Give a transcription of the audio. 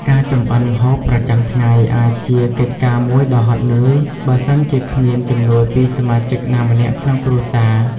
ការចម្អិនម្ហូបប្រចាំថ្ងៃអាចជាកិច្ចការមួយដ៏ហត់នឿយ បើសិនជាគ្មានជំនួយពីសមាជិកណាម្នាក់ក្នុងគ្រួសារ។